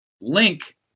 Link